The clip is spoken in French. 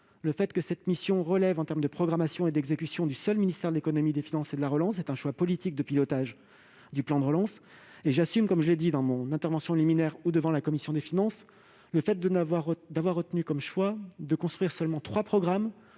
le fait que cette mission relève, pour sa programmation et son exécution, du seul ministère de l'économie, des finances et de la relance. C'est un choix politique de pilotage du plan de relance. J'assume également- je l'ai dit dans mon intervention liminaire et devant la commission des finances -, le fait de n'avoir construit que trois programmes,